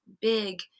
big